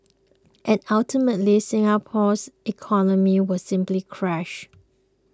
and ultimately Singapore's economy will simply crash